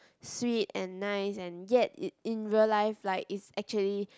sweet and nice and yet it in real life like it's actually